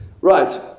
Right